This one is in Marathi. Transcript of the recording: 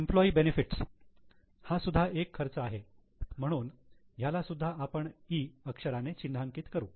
एम्पलोयी बेनिफिट्स हा सुद्धा एक खर्च आहे म्हणून याला सुद्धा आपण 'E' अक्षराने चिन्हांकित करू